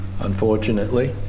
unfortunately